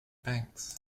banks